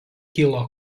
kilo